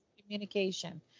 communication